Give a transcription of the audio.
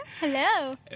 Hello